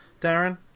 Darren